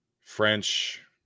French